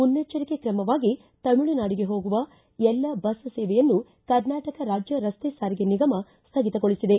ಮುನ್ನಚ್ಚರಿಕೆ ತ್ರಮವಾಗಿ ತಮಿಳುನಾಡಿಗೆ ಹೋಗುವ ಎಲ್ಲಾ ಬಸ್ ಸೇವೆಯನ್ನು ಕರ್ನಾಟಕ ರಾಜ್ಯ ರಸ್ತೆ ಸಾರಿಗೆ ನಿಗಮ ಸ್ಟಗಿತಗೊಳಿಸಿದೆ